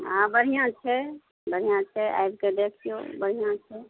हँ बढ़िऑं छै बढ़िऑं छै आबि कऽ देखियौ बढ़िऑं छै